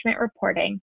reporting